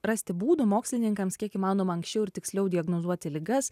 rasti būdų mokslininkams kiek įmanoma anksčiau ir tiksliau diagnozuoti ligas